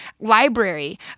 library